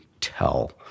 tell